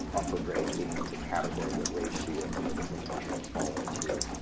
upper grade being the category that reishi and medicinal mushrooms fall into,